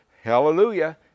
Hallelujah